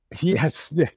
Yes